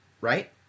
right